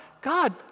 God